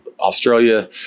Australia